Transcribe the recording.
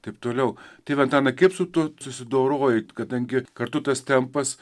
taip toliau tėve antanai kaip su tuo susidoroji kadangi kartu tas tempas